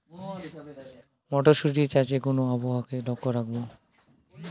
মটরশুটি চাষে কোন আবহাওয়াকে লক্ষ্য রাখবো?